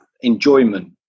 enjoyment